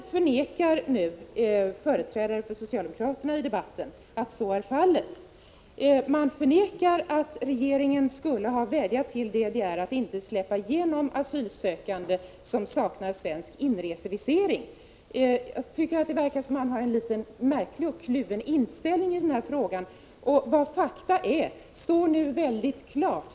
Företrädare för socialdemokraterna förnekar i debatten att detta är fallet. Man förnekar att regeringen skulle ha vädjat till DDR att inte släppa igenom asylsökande som saknar svensk inresevisering. Det förefaller mig som om man har en märklig och kluven inställning i frågan.